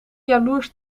jaloers